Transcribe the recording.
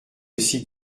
aussi